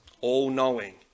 all-knowing